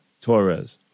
Torres